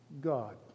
God